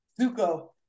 Zuko